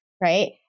Right